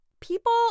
people